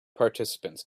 participants